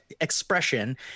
expression